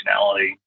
functionality